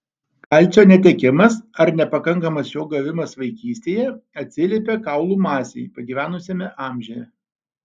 kalcio netekimas ar nepakankamas jo gavimas vaikystėje atsiliepia kaulų masei pagyvenusiame amžiuje